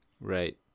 Right